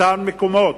אותם מקומות,